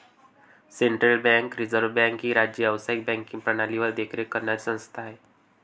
central bank reserve bank ही राज्य व्यावसायिक बँकिंग प्रणालीवर देखरेख करणारी संस्था आहे